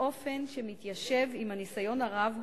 באופן שמתיישב עם הניסיון הרב,